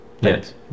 Yes